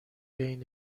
بین